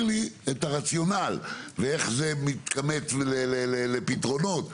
לי את הרציונל איך זה מתכמת לפתרונות,